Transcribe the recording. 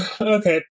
Okay